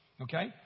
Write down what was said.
Okay